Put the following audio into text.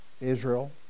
Israel